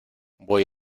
voy